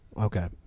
Okay